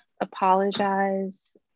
apologize